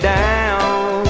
down